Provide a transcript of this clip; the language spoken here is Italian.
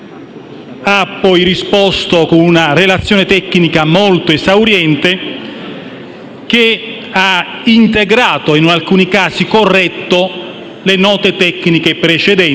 ha risposto con una relazione tecnica molto esauriente che ha integrato - e in alcuni casi corretto - le note tecniche precedenti,